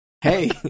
Hey